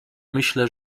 myślę